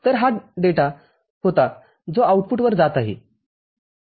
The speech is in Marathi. तर हा डेटा होता जो आउटपुट वर जात आहे